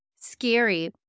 scary